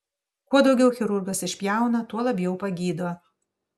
kuo daugiau chirurgas išpjauna tuo labiau pagydo